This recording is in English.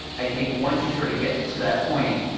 i think once you sort of get to that point,